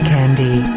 Candy